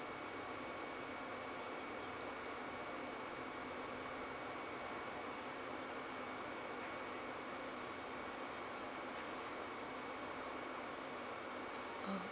oh